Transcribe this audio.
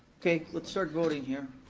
okay, let's start voting here.